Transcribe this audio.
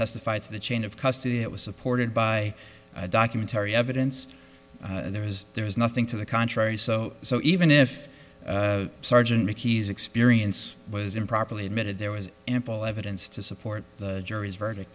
testified to the chain of custody it was supported by documentary evidence there is there is nothing to the contrary so so even if sergeant bikies experience was improperly admitted there was ample evidence to support the jury's verdict